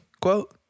quote